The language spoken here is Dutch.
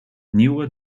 nieuwe